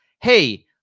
Hey